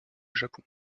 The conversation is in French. japon